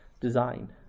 design